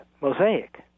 mosaic